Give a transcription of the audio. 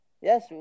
Yes